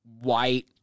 white